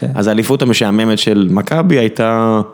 אז האליפות המשעממת של מכבי הייתה.